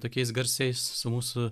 tokiais garsiais su mūsų